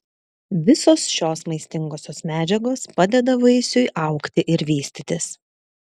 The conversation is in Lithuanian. visos šios maistingosios medžiagos padeda vaisiui augti ir vystytis